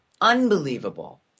Unbelievable